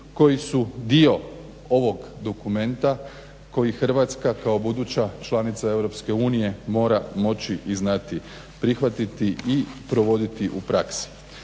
koji su dio ovog dokumenta koji Hrvatska kao buduća članica EU mora moći i znati prihvatiti i provoditi u praksi.